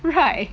right